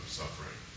suffering